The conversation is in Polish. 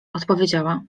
odpowiedziała